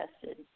tested